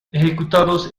ejecutados